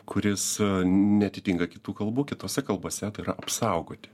kuris neatitinka kitų kalbų kitose kalbose tai yra apsaugoti